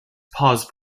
pause